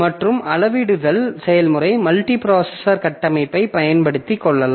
மற்றும் அளவிடுதல் செயல்முறை மல்டிபிராசசர் கட்டமைப்பைப் பயன்படுத்திக் கொள்ளலாம்